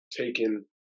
taken